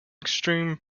extreme